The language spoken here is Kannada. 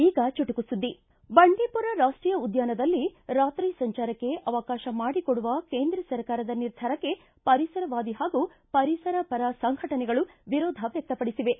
ಈಗ ಚುಟುಕು ಸುದ್ಗಿ ಬಂಡೀಪುರ ರಾಷ್ಟೀಯ ಉದ್ಯಾನದಲ್ಲಿ ರಾತ್ರಿ ಸಂಚಾರಕ್ಕೆ ಅವಕಾಶ ಮಾಡಿಕೊಡುವ ಕೇಂದ್ರ ಸರ್ಕಾರದ ನಿರ್ಧಾರಕ್ಕೆ ಪರಿಸರವಾದಿ ಹಾಗೂ ಪರಿಸರ ಪರ ಸಂಘಟನೆಗಳು ವಿರೋಧ ವ್ಯಕ್ತಪಡಿಸಿವೆ